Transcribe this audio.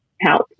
help